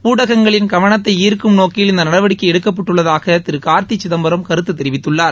ஊடகங்களின் கவனத்தை ஈர்க்கும் நோக்கில் இந்த நடவடிக்கை எடுக்கப்பட்டுள்ளதாக திரு கார்த்தி சிதம்பரம் கருத்து தெரிவித்துள்ளார்